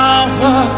Alpha